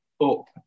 Up